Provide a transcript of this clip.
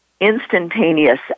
instantaneous